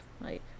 like-